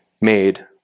made